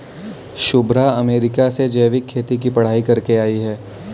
Shubhra America से जैविक खेती की पढ़ाई करके आई है